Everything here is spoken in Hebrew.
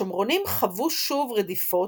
השומרונים חוו שוב רדיפות,